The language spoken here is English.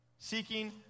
Seeking